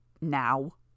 now